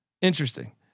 Interesting